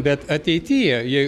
bet ateityje jei